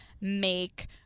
make